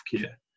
care